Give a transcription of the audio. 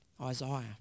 Isaiah